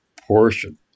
portion